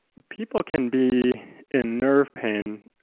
people can be in nerve pain,